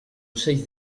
ocells